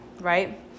Right